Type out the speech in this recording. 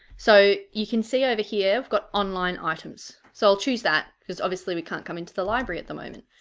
so you can see over here i've got online items so i'll choose that because obviously we can't come into the library at the moment.